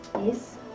Yes